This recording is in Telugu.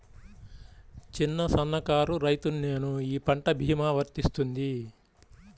చిన్న సన్న కారు రైతును నేను ఈ పంట భీమా వర్తిస్తుంది?